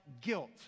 guilt